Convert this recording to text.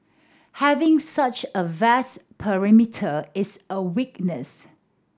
having such a vast perimeter is a weakness